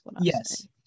Yes